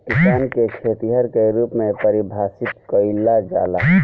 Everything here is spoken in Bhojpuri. किसान के खेतिहर के रूप में परिभासित कईला जाला